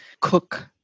cook